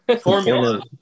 Formula